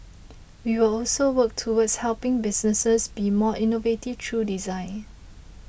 we will also work towards helping businesses be more innovative through design